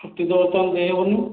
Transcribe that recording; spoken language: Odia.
ଛୁଟି ତ ବର୍ତ୍ତମାନ ଦେଇହେବନି